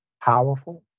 powerful